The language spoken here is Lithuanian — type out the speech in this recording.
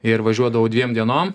ir važiuodavau dviem dienom